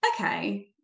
okay